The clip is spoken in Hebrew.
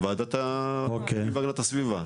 הוועדה להגנת הסביבה.